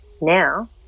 Now